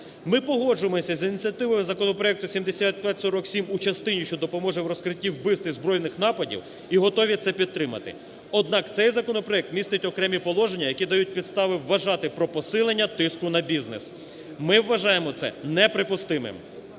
Ми погоджуємося з ініціативою законопроекту 7547 у частині, що допоможе в розкритті вбивств і збройних нападів і готові це підтримати. Однак цей законопроект містить окремі положення, які дають підстави вважати про посилення тиску на бізнес. Ми вважаємо це неприпустимим.